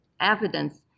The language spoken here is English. evidence